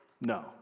No